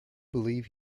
believe